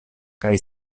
kaj